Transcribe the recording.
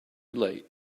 late